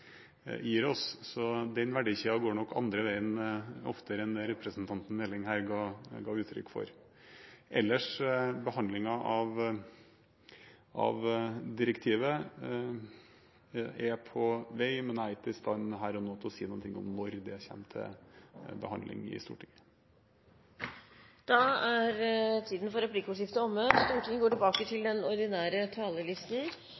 Så den verdisiden går nok andre veien oftere enn representanten Meling her ga uttrykk for. Ellers er behandlingen av direktivet på vei, men her og nå er jeg ikke i stand til å si noe om når det kommer til behandling i Stortinget. Replikkordskiftet er omme.